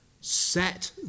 set